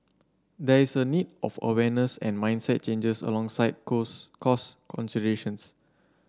there is a need of awareness and mindset changes alongside cause cost considerations